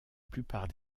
plupart